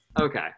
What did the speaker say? Okay